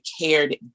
cared